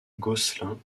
gosselin